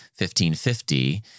1550